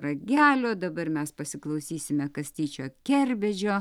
ragelio dabar mes pasiklausysime kastyčio kerbedžio